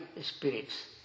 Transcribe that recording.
spirits